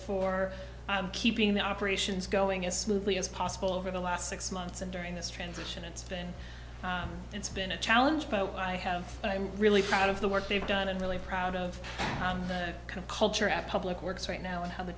for keeping the operations going as smoothly as possible over the last six months and during this transition it's been it's been a challenge but what i have and i'm really proud of the work they've done and really proud of the culture at public works right now and how the